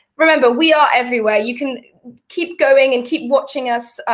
remember we are everywhere, you can keep going and keep watching us.